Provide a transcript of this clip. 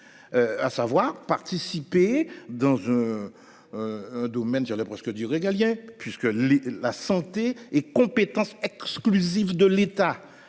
À savoir participer dans. Un domaine, je dirais presque du régalien puisque les la santé et compétence exclusive de l'État.